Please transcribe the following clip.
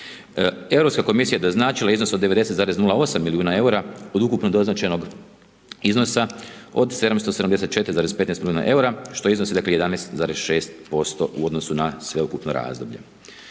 Europska komisija doznačila je iznos od 90,08 milijuna eura, od ukupno doznačenog iznosa od 774,15 milijuna eura, što iznosi 11,6% u odnosu na sveukupno razdoblje.